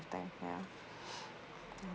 thing ya mm